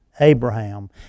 Abraham